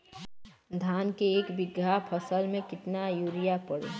धान के एक बिघा फसल मे कितना यूरिया पड़ी?